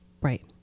Right